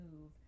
move